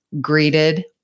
greeted